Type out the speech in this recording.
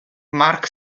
mark